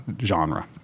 genre